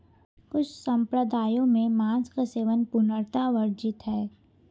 कुछ सम्प्रदायों में मांस का सेवन पूर्णतः वर्जित है